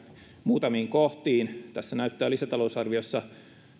muutamiin kohtiin tässä lisätalousarviossa näyttää